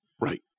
Right